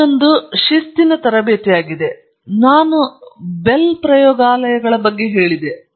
ಎರಡನೆಯದು ಶಿಸ್ತಿನ ತರಬೇತಿಯಾಗಿದೆ ಅದು ನಾನು ಬೆಲ್ ಪ್ರಯೋಗಾಲಯಗಳ ಬಗ್ಗೆ ಹೇಳಿದೆ